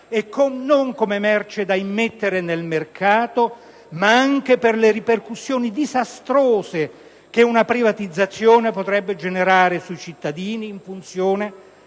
e non come merce da immettere nel mercato, ma anche per le ripercussioni disastrose che una privatizzazione potrebbe generare sui cittadini in funzione